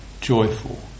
joyful